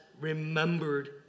remembered